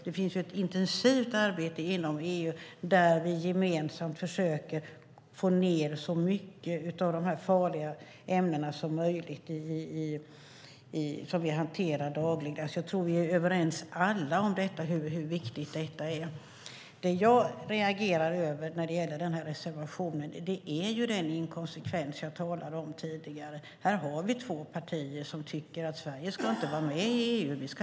Det finns ett intensivt arbete inom EU där vi gemensamt försöker få ned så mycket som möjligt av användningen av de farliga ämnen som vi hanterar dagligdags. Jag tror att vi alla är överens om hur viktigt detta är. Det jag reagerar på när det gäller reservationen är den inkonsekvens jag talade om tidigare. Här har vi två partier som tycker att Sverige inte ska vara med i EU utan lämna det.